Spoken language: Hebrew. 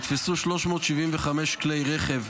נתפסו 375 כלי רכב,